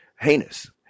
heinous